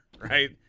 right